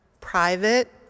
private